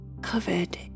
covered